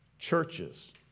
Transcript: Churches